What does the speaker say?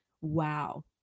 Wow